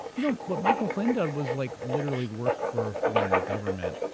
you know what michael flynn did was like literally work for a foreign government,